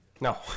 no